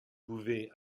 pouvez